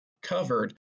covered